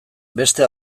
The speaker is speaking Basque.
beste